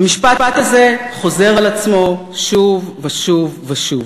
המשפט הזה חוזר על עצמו שוב ושוב ושוב,